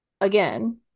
Again